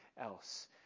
else